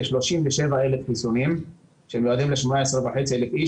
כ-37,000 חיסונים שמיועדים ל-18,500 איש,